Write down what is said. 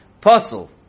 Puzzle